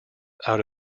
out